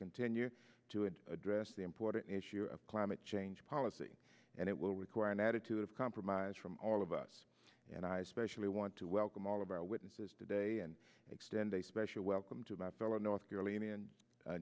continue to and address the important issue of climate change policy and it will require an attitude of compromise from all of us and i especially want to welcome all of our witnesses today and extend a special welcome to my fellow north carolinian